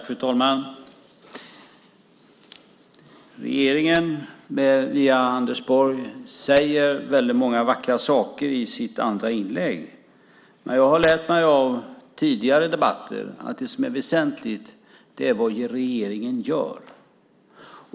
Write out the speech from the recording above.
Fru talman! Anders Borg från regeringen säger väldigt många vackra saker i sitt andra inlägg. Men jag har lärt mig av tidigare debatter att det som är väsentligt är vad regeringen gör.